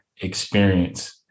experience